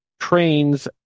trains